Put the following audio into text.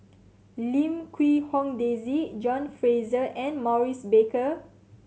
Lim Quee Hong Daisy John Fraser and Maurice Baker